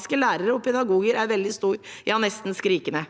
samiske lærere og pedagoger er veldig stor – ja, nesten skrikende.